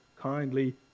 kindly